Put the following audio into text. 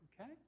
Okay